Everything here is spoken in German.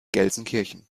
gelsenkirchen